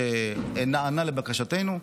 שנענה לבקשתנו,